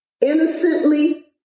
innocently